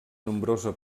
nombrosa